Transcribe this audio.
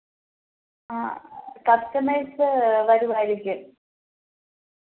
ആ കസ്റ്റമേഴ്സ് വരുമായിരിക്കും